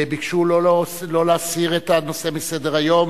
ביקשו לא להסיר את הנושא מסדר-היום